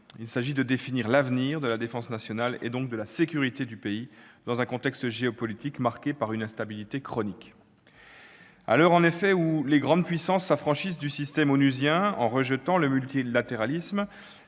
Il s'agit de définir l'avenir de la défense nationale, donc de la sécurité du pays dans un contexte géopolitique marqué par une instabilité chronique. À l'heure en effet où les grandes puissances s'affranchissent du système onusien en rejetant le multilatéralisme,